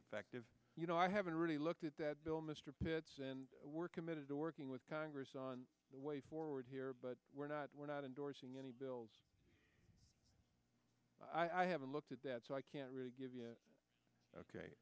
effective you know i haven't really looked at that bill mr pitts and we're committed to working with congress on the way forward here but we're not we're not endorsing any bills i haven't looked at that so i can't really give you ok